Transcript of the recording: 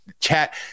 chat